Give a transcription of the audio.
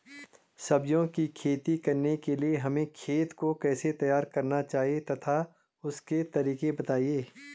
सब्जियों की खेती करने के लिए हमें खेत को कैसे तैयार करना चाहिए तथा उसके तरीके बताएं?